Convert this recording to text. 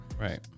right